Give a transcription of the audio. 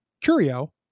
curio